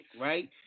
right